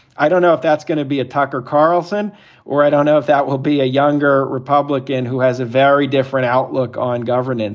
i don't know if that's going to be a tucker carlson or i don't know if that will be a younger republican who has a very different outlook on governance.